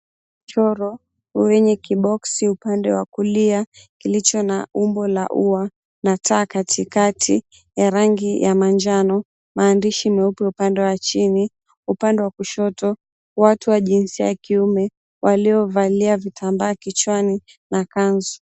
Mchoro wenye kiboksi upande wa kulia kilicho na umbo la ua na taa kati kati na rangi ya manjano. Maandishi meupe upande wa chini. Upande wa kushoto watu wa jisia ya kiume waliovalia vitambaa kichwani na kazu.